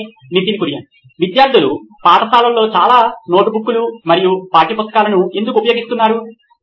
Nitin Kurian COO నోయిన్ electronics విద్యార్థులు పాఠశాలలో చాలా నోట్బుక్లు మరియు పాఠ్యపుస్తకాలను ఎందుకు ఉపయోగిస్తున్నారు